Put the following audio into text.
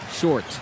short